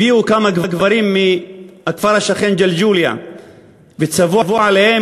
הביאו כמה גברים מהכפר השכן ג'לג'וליה וציוו עליהם